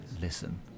listen